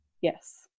Yes